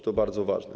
To bardzo ważne.